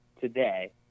today